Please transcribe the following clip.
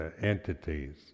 entities